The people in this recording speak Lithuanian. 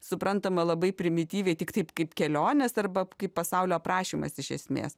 suprantama labai primityviai tik taip kaip kelionės arba kaip pasaulio aprašymas iš esmės